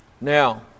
Now